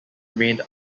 remain